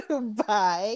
Bye